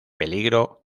peligro